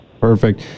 Perfect